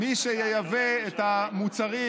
מי שייבא את המוצרים